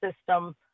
system